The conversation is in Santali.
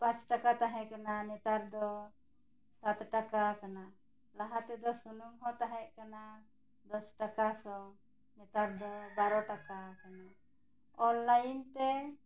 ᱯᱟᱸᱪ ᱴᱟᱠᱟ ᱛᱟᱦᱮᱸ ᱠᱟᱱᱟ ᱱᱮᱛᱟᱨ ᱫᱚ ᱥᱟᱛ ᱴᱟᱠᱟ ᱟᱠᱟᱱᱟ ᱞᱟᱦᱟ ᱛᱮᱫᱚ ᱥᱩᱱᱩᱢ ᱦᱚᱸ ᱛᱟᱦᱮᱸᱜ ᱠᱟᱱᱟ ᱫᱚᱥ ᱴᱟᱠᱟ ᱥᱚ ᱱᱮᱛᱟᱨ ᱫᱚ ᱵᱟᱨᱚ ᱴᱟᱠᱟ ᱟᱠᱟᱱᱟ ᱚᱱᱞᱟᱭᱤᱱ ᱛᱮ